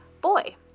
boy